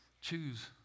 choose